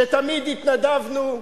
שתמיד התנדבנו,